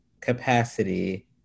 capacity